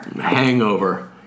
Hangover